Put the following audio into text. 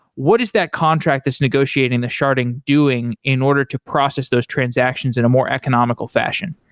what is that contract that's negotiating the sharding doing in order to process those transactions in a more economical fashion?